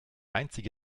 einzige